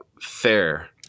fair